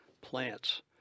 plants